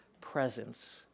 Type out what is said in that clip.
presence